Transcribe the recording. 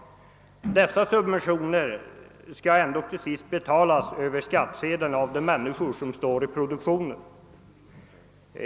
Dessa subventioner skall ändå till sist betalas över skattsedlarna av de människor som står i produktionen.